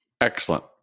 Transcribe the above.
Excellent